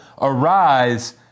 arise